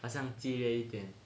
好像激烈一点